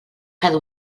cada